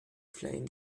flame